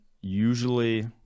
usually